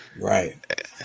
right